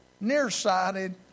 nearsighted